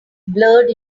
blurred